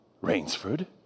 Rainsford